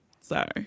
sorry